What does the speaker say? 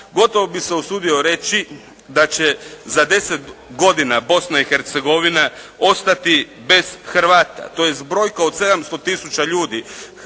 Gotovo bih se usudio reći da će za 10 godina Bosna i Hercegovina ostati bez Hrvata. Tj., brojka od 700 tisuća ljudi